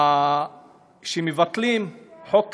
כשמבטלים חוק כזה,